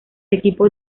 equipo